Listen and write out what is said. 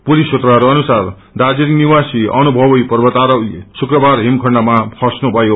police सूत्रहरू अनुसार दार्जीलिङ निवासी अनुभवी पर्वतारोही शुक्रबार हिमखण्डमा खस्नुभयो